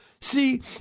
See